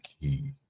key